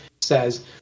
says